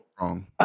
Wrong